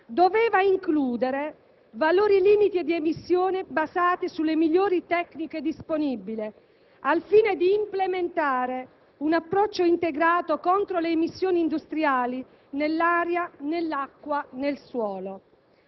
doveva includere valori limite di emissione basati sulle migliori tecniche disponibili al fine di implementare un approccio integrato contro le emissioni industriali nell'aria, nell'acqua, nel suolo.